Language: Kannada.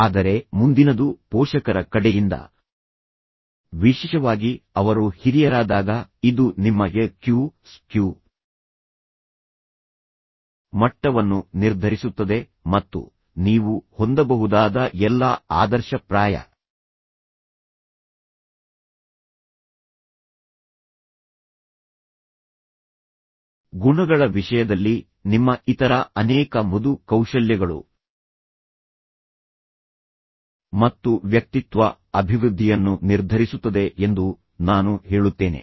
ಆದರೆ ಮುಂದಿನದು ಪೋಷಕರ ಕಡೆಯಿಂದ ವಿಶೇಷವಾಗಿ ಅವರು ಹಿರಿಯರಾದಾಗ ಇದು ನಿಮ್ಮ EQ SQ ಮಟ್ಟವನ್ನು ನಿರ್ಧರಿಸುತ್ತದೆ ಮತ್ತು ನೀವು ಹೊಂದಬಹುದಾದ ಎಲ್ಲಾ ಆದರ್ಶಪ್ರಾಯ ಗುಣಗಳ ವಿಷಯದಲ್ಲಿ ನಿಮ್ಮ ಇತರ ಅನೇಕ ಮೃದು ಕೌಶಲ್ಯಗಳು ಮತ್ತು ವ್ಯಕ್ತಿತ್ವ ಅಭಿವೃದ್ಧಿಯನ್ನು ನಿರ್ಧರಿಸುತ್ತದೆ ಎಂದು ನಾನು ಹೇಳುತ್ತೇನೆ